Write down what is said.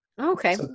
okay